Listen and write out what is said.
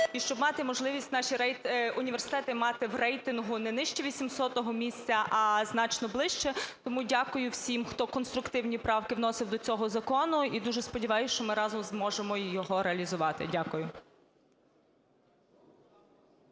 і щоб мати можливість наші університети мати в рейтингу не нижче 800 місця, а значно ближче. Тому дякую всім, хто конструктивні правки вносив до цього закону, і дуже сподіваюсь, що ми разом зможемо його реалізувати. Дякую.